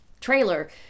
trailer